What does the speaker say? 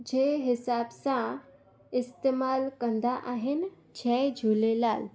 जे हिसाब सां इस्तेमालु कंदा आहिनि जय झूलेलाल